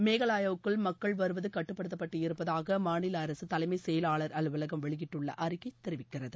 மேகாலாயாவுக்குள் மக்கள் வருவது கட்டுப்படுத்தப்பட்டு இருப்பதாக அம்மாநில அரசு தலைமைச் செயலாளர் அலுவலகம் வெளியிட்டுள்ள அறிக்கை தெரிவிக்கிறது